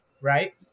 Right